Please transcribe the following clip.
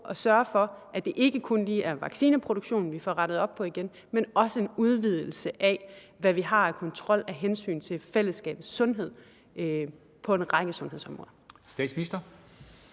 at sørge for, at det ikke kun lige er vaccineproduktionen, vi får rettet op på igen, men også er en udvidelse af, hvad vi har af kontrol, af hensyn til fællesskabets sundhed på en række sundhedsområder.